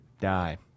die